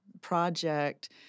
project